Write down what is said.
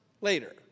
later